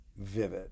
vivid